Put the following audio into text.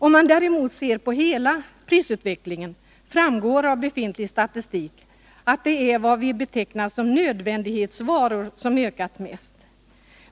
Om man däremot ser på hela prisutvecklingen, framgår det av befintlig statistik att det är vad vi betecknar som nödvändighetsvaror som ökat mest i pris.